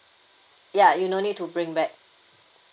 ya you no need to bring back